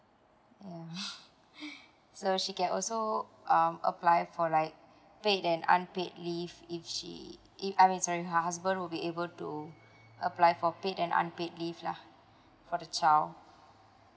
mm so she can also um apply for like paid and unpaid leave if she if I mean sorry her husband will be able to apply for pay and unpaid leave lah for the child